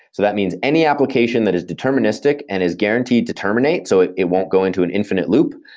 so that means any application that is deterministic and is guaranteed to terminate so it it won't go into an infinite loop.